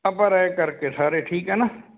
ਆਪਾਂ ਰਾਏ ਕਰਕੇ ਸਾਰੇ ਠੀਕ ਹੈ ਨਾ